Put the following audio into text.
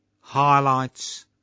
highlights